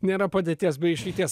nėra padėties be išeities